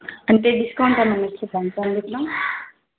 అంటే డిస్కౌంట్ ఏమైనా ఇస్తారా అండి అందులో